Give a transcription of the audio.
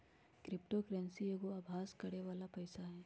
crypto currency एगो अभास करेके बला पइसा हइ